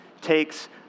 takes